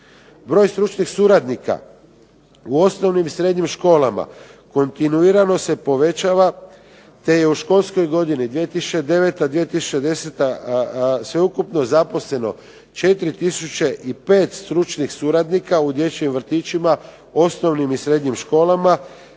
Broj stručnih suradnika u osnovnim i srednjim školama kontinuirano se povećava te je u školskoj godini 2009./2010. sveukupno zaposleno 4 tisuće i 5 stručnih suradnika u dječjim vrtićima, osnovnim i srednjim školama,